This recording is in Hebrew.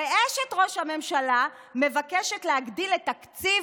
ואשת ראש הממשלה מבקשת להגדיל את תקציב